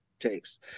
takes